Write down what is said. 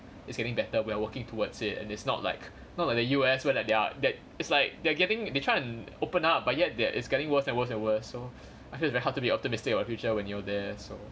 it's getting better we're working towards it and it's not like not like the U_S where like they're that it's like they're getting they try and open up but yet there is getting worse and worse and worse so I feel very hard to be optimistic about future when you're there so